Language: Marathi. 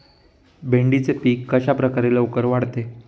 भेंडीचे पीक कशाप्रकारे लवकर वाढते?